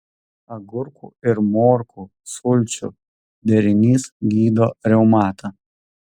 agurkų ir morkų sulčių derinys gydo reumatą